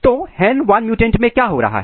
तो हैंन वन1म्युटेंट मैं क्या हो रहा है